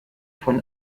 von